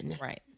Right